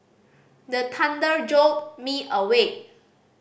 the thunder jolt me awake